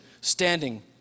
standing